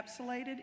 encapsulated